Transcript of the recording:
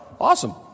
Awesome